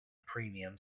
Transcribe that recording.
premium